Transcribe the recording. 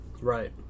Right